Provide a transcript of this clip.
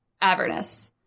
Avernus